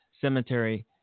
Cemetery